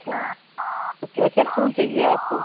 अच्छा तो कैसे फूल चाहिए आपको